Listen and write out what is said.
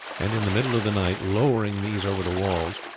and in the middle of the night, lowering these over the walls,